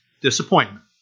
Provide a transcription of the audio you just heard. disappointment